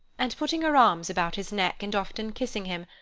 and putting her arms about his neck, and often kissing him,